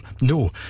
no